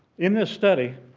in this study,